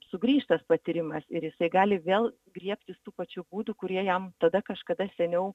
sugrįš tas patyrimas ir jisai gali vėl griebtis tų pačių būdų kurie jam tada kažkada seniau